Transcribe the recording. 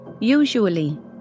Usually